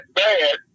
bad